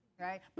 Right